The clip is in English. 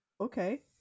okay